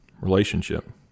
relationship